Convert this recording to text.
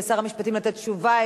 לשר המשפטים לתת תשובה.